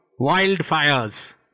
wildfires